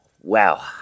Wow